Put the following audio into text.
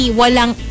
walang